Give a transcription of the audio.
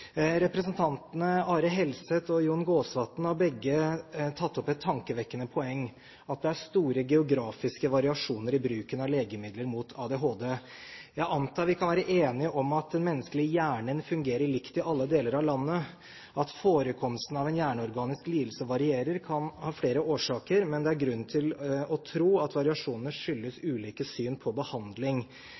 Representantene Are Helseth og Jon Jæger Gåsvatn har begge tatt opp et tankevekkende poeng, nemlig at det er store geografiske variasjoner i bruken av legemidler mot ADHD. Jeg antar vi kan være enige om at den menneskelige hjernen fungerer likt i alle deler av landet. At forekomsten av en hjerneorganisk lidelse varierer, kan ha flere årsaker, men det er grunn til å tro at variasjoner skyldes ulike syn på behandling.